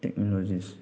technologies